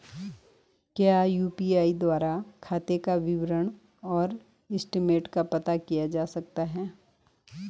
क्या यु.पी.आई द्वारा खाते का विवरण और स्टेटमेंट का पता किया जा सकता है?